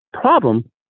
problem